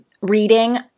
reading